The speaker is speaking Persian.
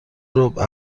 ربع